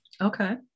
Okay